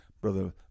Brother